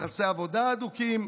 ביחסי עבודה הדוקים,